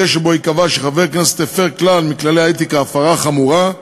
שבו היא קבעה שחבר הכנסת הפר כלל מכללי האתיקה הפרה חמורה,